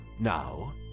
Now